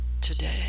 today